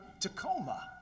Tacoma